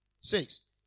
Six